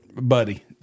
Buddy